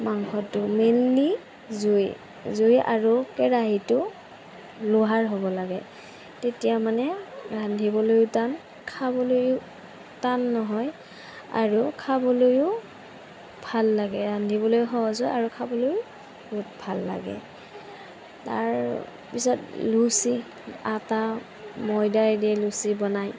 মাংসটো মেইনলী জুই জুই আৰু কেৰাহীটো লোহাৰ হ'ব লাগে তেতিয়া মানে ৰান্ধিবলৈও টান খাবলৈও টান নহয় আৰু খাবলৈও ভাল লাগে ৰান্ধিবলৈ সহজ হয় আৰু খাবলৈও বহুত ভাল লাগে তাৰপিছত লুচি আটা ময়দাই দি লুচি বনাই